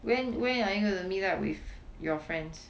when where are you going to meet up with your friends